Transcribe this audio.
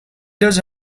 does